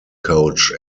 coach